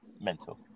Mental